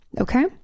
Okay